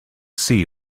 see